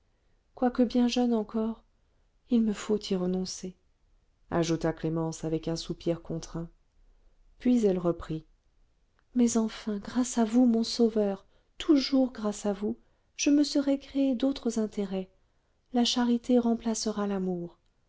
quoique bien jeune encore il me faut y renoncer ajouta clémence avec un soupir contraint puis elle reprit mais enfin grâce à vous mon sauveur toujours grâce à vous je me serai créé d'autres intérêts la charité remplacera l'amour